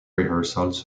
rehearsals